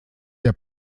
der